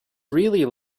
really